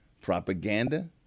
Propaganda